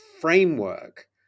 framework